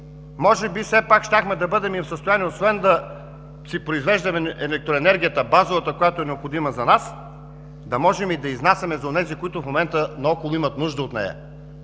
Може би щяхме да бъдем в състояние освен да си произвеждаме електроенергията, която е необходима за нас, да можем да изнасяме за онези, които в момента наоколо имат нужда от нея,